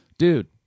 Dude